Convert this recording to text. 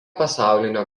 pasaulinio